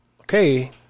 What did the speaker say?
okay